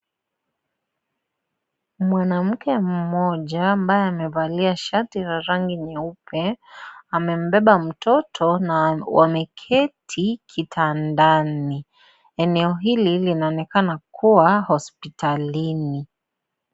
Mwanamke mmoja ambaye amevalia shati la rangi nyeupe amembeba mtoto na wameketi kitandani, eneo hili linaonekana kuwa hospitalini.